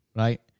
right